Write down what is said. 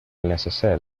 neceser